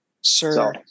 Sir